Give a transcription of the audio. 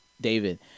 david